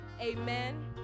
Amen